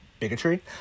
bigotry